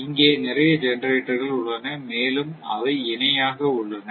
இங்கே நிறைய ஜெனரேட்டர்கள் உள்ளன மேலும் அவை இணையாக உள்ளன